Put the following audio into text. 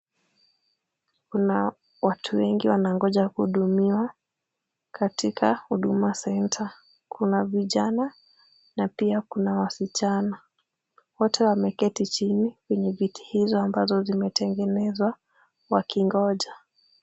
Kuna watu wengi wanangoja kuhudumiwa katika huduma center . Kuna vijana na pia kuna wasichana. Wote wameketi chini kwenye viti hizo ambazo zimetengenezwa wakingoja.